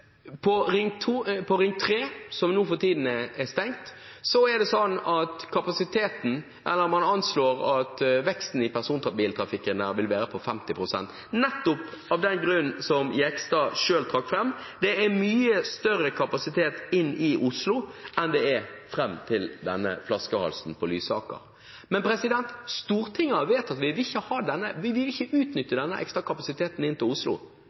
På Ring 3, som for tiden er stengt, er det slik at man anslår at veksten i personbiltrafikken vil være på 50 pst., nettopp av den grunn som Jegstad selv trakk fram. Det er mye større kapasitet inn til Oslo enn det er fram til denne flaskehalsen på Lysaker. Men Stortinget har vedtatt at vi ikke vil utnytte denne ekstra kapasiteten inn til Oslo.